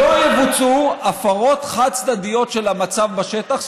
שלא יבוצעו הפרות חד-צדדיות של המצב בשטח,